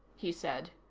he said.